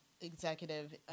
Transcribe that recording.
executive